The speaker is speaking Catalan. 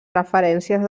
referències